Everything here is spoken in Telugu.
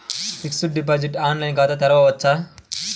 ఫిక్సడ్ డిపాజిట్ ఆన్లైన్ ఖాతా తెరువవచ్చా?